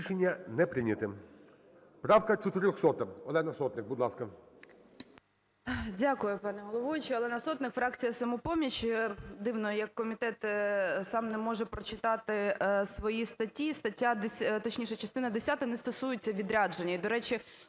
Рішення не прийнято. Правка 400. Олена Сотник, будь ласка.